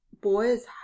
boys